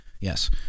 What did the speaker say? Yes